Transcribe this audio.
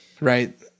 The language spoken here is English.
right